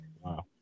wow